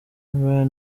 mahoro